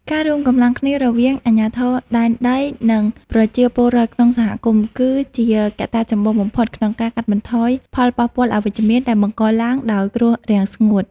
ការរួមកម្លាំងគ្នារវាងអាជ្ញាធរដែនដី និងប្រជាពលរដ្ឋក្នុងសហគមន៍ គឺជាកត្តាចម្បងបំផុតក្នុងការកាត់បន្ថយផលប៉ះពាល់អវិជ្ជមានដែលបង្កឡើងដោយគ្រោះរាំងស្ងួត។